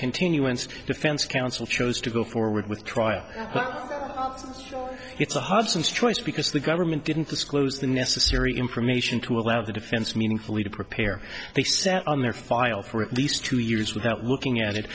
continuance defense counsel chose to go forward with trial but it's a hobson's choice because the government didn't disclose the necessary information to allow the defense meaningfully to prepare they sat on their file for at least two years without looking at it